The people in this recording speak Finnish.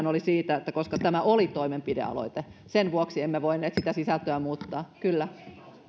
oli siitä että koska tämä oli toimenpidealoite sen vuoksi emme voineet sitä sisältöä muuttaa kyllä